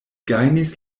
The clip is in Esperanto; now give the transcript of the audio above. gajnis